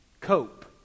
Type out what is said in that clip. cope